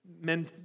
men